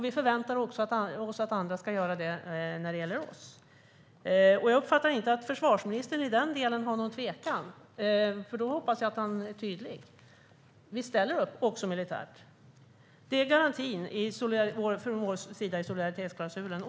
Vi förväntar oss också att andra ska göra det när det gäller oss. Jag uppfattar inte att försvarsministern i den delen har någon tvekan, för då hoppas jag att han är tydlig. Vi ställer upp också militärt. Det är garantin från vår sida i solidaritetsklausulen.